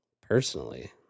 personally